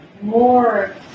more